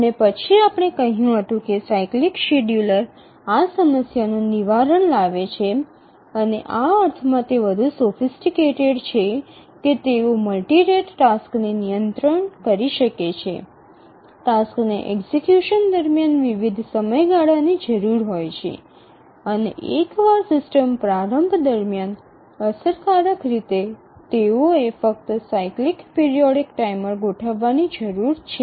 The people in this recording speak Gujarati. અને પછી આપણે કહ્યું હતું કે સાયક્લિક શેડ્યૂલર આ સમસ્યાનું નિવારણ લાવે છે અને આ અર્થમાં તે વધુ સોફિસટીકટેડ છે કે તેઓ મલ્ટિ રેટ ટાસક્સને નિયંત્રિત કરી શકે છે ટાસક્સને એક્ઝિકયુશન દરમિયાન વિવિધ સમયગાળા ની જરૂરી હોય છે અને એકવાર સિસ્ટમ પ્રારંભ દરમિયાન અસરકારક રીતે તેઓને ફક્ત સાયક્લિક પિરિયોડિક ટાઈમર ગોઠવવાની જરૂર છે